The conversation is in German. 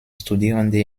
studierende